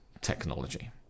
technology